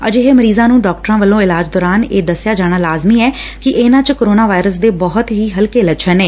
ਅਜਿਹੇ ਮਰੀਜ਼ਾਂ ਨੰ ਡਾਕਟਰਾਂ ਵੱਲੋਂ ਇਲਾਜ ਦੌਰਾਨ ਇਹ ਦਸਿਆ ਜਾਣਾ ਲਾਜ਼ਮੀ ਐ ਕਿ ਇਨਾਂ ਚ ਕੋਰੋਨਾ ਵਾਇਰਸ ਦੌ ਬਹੁਤ ਹੀ ਹਲਕੇ ਲੱਛਣ ਨੇ